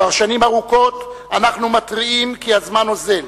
כבר שנים רבות אנחנו מתריעים כי הזמן אוזל.